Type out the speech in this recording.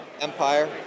Empire